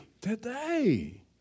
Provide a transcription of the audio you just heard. today